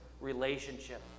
relationship